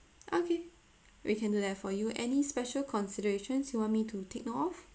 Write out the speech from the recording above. okay we can do that for you any special considerations you want me to take note of